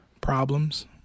problems